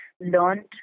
learned